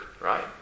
right